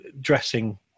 dressing